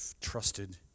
trusted